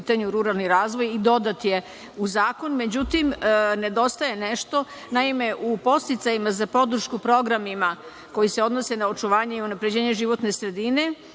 i dodat je u zakon. Međutim, nedostaje nešto. Naime, u podsticajima za podršku programima koji se odnose na očuvanje i unapređenje životne sredine